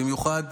במיוחד